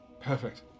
Perfect